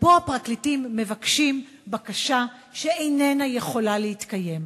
ופה הפרקליטים מבקשים בקשה שאיננה יכולה להתקיים.